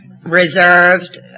Reserved